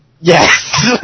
Yes